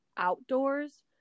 outdoors